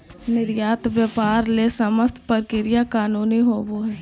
निर्यात व्यापार ले समस्त प्रक्रिया कानूनी होबो हइ